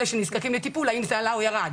האם מספר אלה שנזקקו לטיפול עלה או ירד?